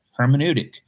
hermeneutic